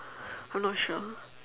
I'm not sure